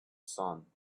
sun